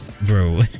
bro